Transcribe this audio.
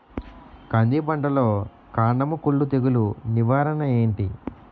కంది పంటలో కందము కుల్లు తెగులు నివారణ ఏంటి?